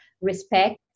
respect